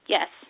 Yes